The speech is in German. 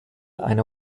eine